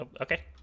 Okay